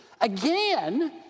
Again